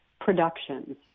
productions